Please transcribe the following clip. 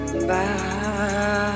bye